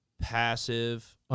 passive